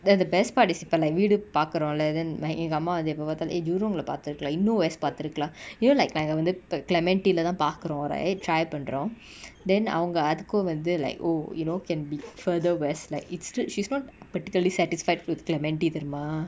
and the best part is இப்ப:ippa like வீடு பாக்குறோ:veedu paakuro lah then my எங்க அம்மா வந்து எப்ப பாத்தாலு:enga amma vanthu eppa paathalu eh jurong lah பாத்திருகளா இன்னு:paathirukala innu yes பாத்திருகளா:paathirukala you know like நாங்க வந்து இப்ப:nanga vanthu ippa clementi lah தா பாக்குரோ:tha paakuro right try பன்றோ:panro then அவங்க அதுக்கு வந்து:avanga athuku vanthu like oh you know can be further west like is she's not particularly satisfied with clementi தெரியுமா:theriyuma